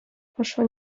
poszła